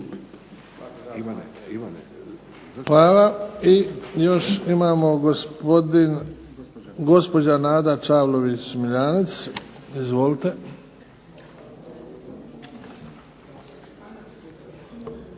Hvala. Odgovor gospođa Nada Čavlović Smiljanec, izvolite.